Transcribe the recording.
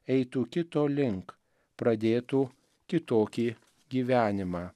eitų kito link pradėtų kitokį gyvenimą